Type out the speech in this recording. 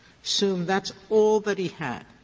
assume that's all that he had.